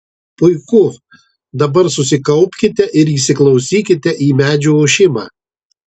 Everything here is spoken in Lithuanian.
puiku dabar susikaupkite ir įsiklausykite į medžių ošimą